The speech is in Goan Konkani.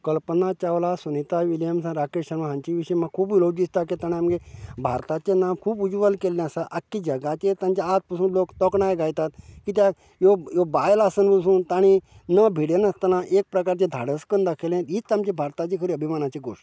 कल्पना चावला सुनिता विलियम्स आनी राकेश शर्मा हांचे विशीं म्हाका खूब उलोवंक दिसता की तांणी आमगे भारताचें नांव खूब उज्जवल केल्लें आसा आख्खे जगाचेर तांचें आयज पासून लोक तोखणाय गायता कित्याक ह्यो ह्यो बायलां आसून पसून तांणी न भियेनासतना एक प्रकाराचें धाडस करून दाखयलें हीच आमची भारताची खरी अभिमानाची गोष्ट